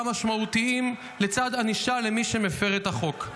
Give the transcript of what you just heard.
משמעותיים לצד ענישה למי שמפר את החוק.